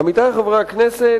עמיתי חברי הכנסת,